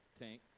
Tank